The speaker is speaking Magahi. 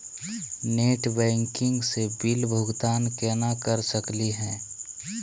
नेट बैंकिंग स बिल भुगतान केना कर सकली हे?